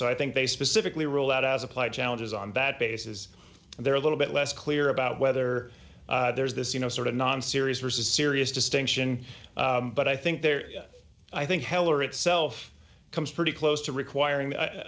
so i think they specifically rule out as applied challenges on that basis they're a little bit less clear about whether there's this you know sort of non serious vs serious distinction but i think there i think heller itself comes pretty close to requiring i